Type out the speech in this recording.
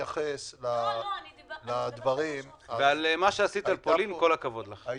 ועל מה שעשית על פולין, כל הכבוד לך.